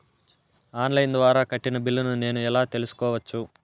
On line ద్వారా కట్టిన బిల్లును నేను ఎలా తెలుసుకోవచ్చు?